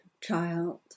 child